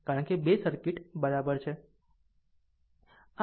કારણ કે 2 સર્કિટ બરાબર છે